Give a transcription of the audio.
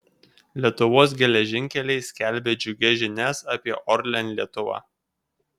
lietuvos geležinkeliai skelbia džiugias žinias apie orlen lietuva